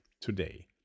today